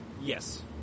Yes